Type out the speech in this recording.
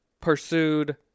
pursued